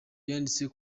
yanditse